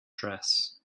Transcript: dress